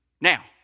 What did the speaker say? Now